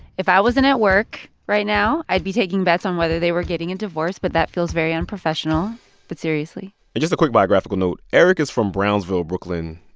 if i wasn't at work right now, i'd be taking bets on whether they were getting a and divorce, but that feels very unprofessional but seriously and just a quick biographical note eric is from brownsville, brooklyn.